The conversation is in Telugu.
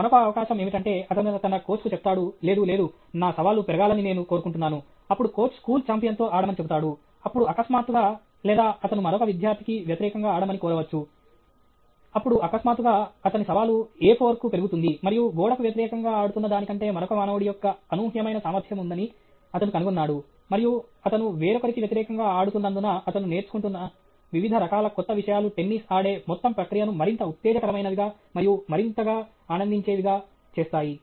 మరొక అవకాశం ఏమిటంటే అతను తన కోచ్కు చెప్తాడు లేదు లేదు నా సవాలు పెరగాలని నేను కోరుకుంటున్నాను అప్పుడు కోచ్ స్కూల్ ఛాంపియన్తో ఆడమని చెబుతాడు అప్పుడు అకస్మాత్తుగా లేదా అతను మరొక విద్యార్థికి వ్యతిరేకంగా ఆడమని కోరవచ్చు అప్పుడు అకస్మాత్తుగా అతని సవాలు A4 కు పెరుగుతుంది మరియు గోడకు వ్యతిరేకంగా ఆడుతున్న దాని కంటే మరొక మానవుడి యొక్క అనూహ్యమైన సామర్థ్యం ఉందని అతను కనుగొన్నాడు మరియు అతను వేరొకరికి వ్యతిరేకంగా ఆడుతున్నందున అతను నేర్చుకుంటున్న వివిధ రకాల కొత్త విషయాలు టెన్నిస్ ఆడే మొత్తం ప్రక్రియను మరింత ఉత్తేజకరమైనవిగా మరియు మరింతగా ఆనందించేవిగా చేస్తాయి